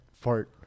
fart